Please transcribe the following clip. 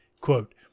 Quote